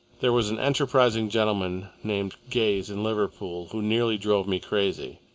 there was an enterprising gentleman named gayes in liverpool, who nearly drove me crazy,